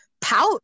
pout